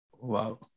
Wow